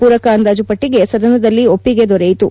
ಪೂರಕ ಅಂದಾಜು ಪಟ್ಟಿಗೆ ಸದನದಲ್ಲಿ ಒಪ್ಪಿಗೆ ದೊರೆಯಿತು